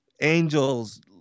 angels